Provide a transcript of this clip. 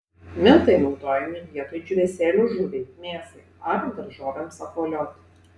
miltai naudojami ir vietoj džiūvėsėlių žuviai mėsai ar daržovėms apvolioti